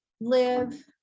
live